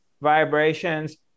vibrations